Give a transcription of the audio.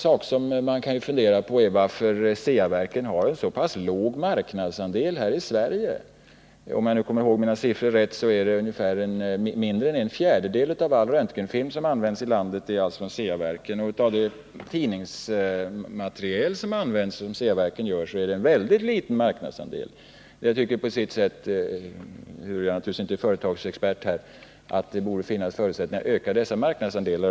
Något som man kan fundera på är varför Ceaverken har en så pass låg marknadsandel här i Sverige. Om jag nu kommer ihåg siffrorna rätt, kommer mindre än en fjärdedel av all den röntgenfilm som används i landet från Ceaverken. Den tidningsmateriel som Ceaverken gör har en väldigt liten marknadsandel. Även om jag naturligtvis här inte är företagsexpert, tycker jag att det borde finnas förutsättningar att öka dessa marknadsandelar.